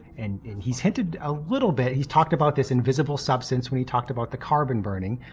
and he's hinted a little bit. he's talked about this invisible substance when he talked about the carbon burning.